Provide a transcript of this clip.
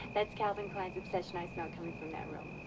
that's calvin klein's obsession i smell coming from that room.